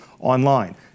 online